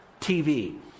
TV